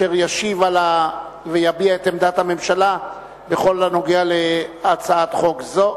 אשר ישיב ויביע את עמדת הממשלה בכל הנוגע להצעת חוק זו.